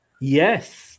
Yes